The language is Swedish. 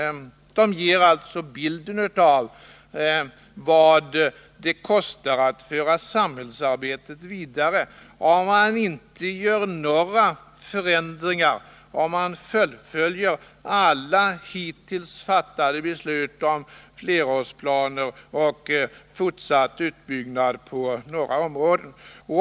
De ger alltså bilden av vad det kostar att föra samhällsarbetet vidare om man inte gör några förändringar, om man fullföljer alla hittills fattade beslut om flerårsplaner och fortsatt utbyggnad på några områden.